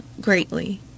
greatly